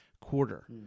quarter